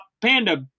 Panda